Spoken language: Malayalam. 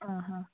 ആ ആ